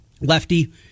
lefty